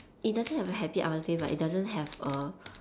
it doesn't have a happy aftertaste like it doesn't have a